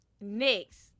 Next